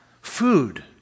food